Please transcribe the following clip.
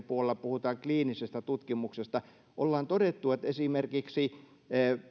puolella puhutaan kliinisestä tutkimuksesta ollaan todettu että esimerkiksi